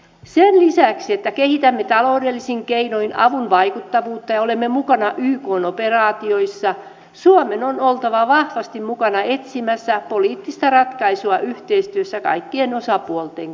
sen lisäksi että kehitämme taloudellisin keinoin avun vaikuttavuutta ja olemme mukana ykn operaatioissa suomen on oltava vahvasti mukana etsimässä poliittista ratkaisua yhteistyössä kaikkien osapuolten kanssa